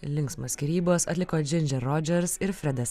linksmos skyrybos atliko džindžer rodžers ir fredas